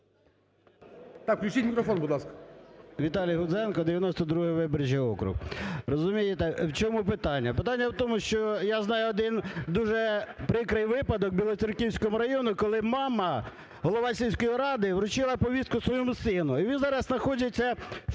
Віталій Гудзенко. 92 виборчий округ. Розумієте, в чому питання. Питання в тому, що я знаю один дуже прикрий випадок в Білоцерківському районі, коли мама, голова сільської ради, вручила повістку своєму сину, і він зараз знаходиться в